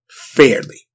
fairly